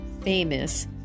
famous